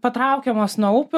patraukiamas nuo upių